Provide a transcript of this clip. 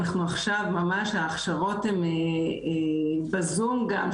עכשיו ממש ההכשרות הן ב-zoom גם,